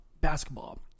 basketball